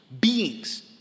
beings